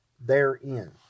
therein